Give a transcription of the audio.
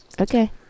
Okay